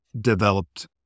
developed